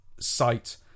site